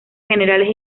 generales